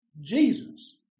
Jesus